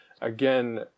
again